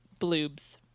Bloobs